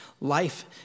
life